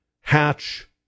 hatch